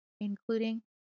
including